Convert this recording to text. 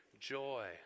Joy